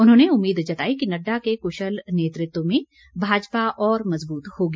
उन्होंने उम्मीद जताई कि नड्डा के कुशल नेतृत्व में भाजपा और मजबूत होगी